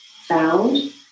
found